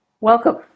Welcome